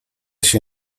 się